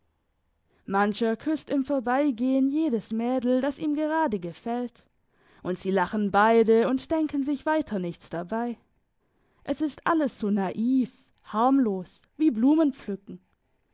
mancher küsst im vorbeigehen jedes mädel das ihm gerade gefällt und sie lachen beide und denken sich weiter nichts dabei es ist alles so naiv harmlos wie blumenpflücken